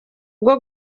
bwo